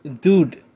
dude